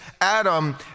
Adam